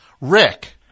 Rick